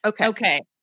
Okay